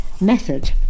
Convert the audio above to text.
method